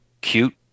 cute